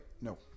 No